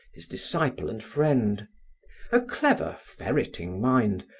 his disciple and friend a clever, ferreting mind,